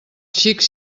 xics